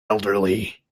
elderly